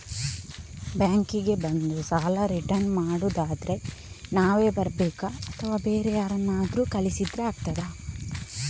Bank ಗೆ ಬಂದು ಸಾಲ ರಿಟರ್ನ್ ಮಾಡುದಾದ್ರೆ ನಾವೇ ಬರ್ಬೇಕಾ ಅಥವಾ ಬೇರೆ ಯಾರನ್ನಾದ್ರೂ ಕಳಿಸಿದ್ರೆ ಆಗ್ತದಾ?